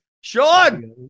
Sean